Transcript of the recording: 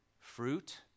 Fruit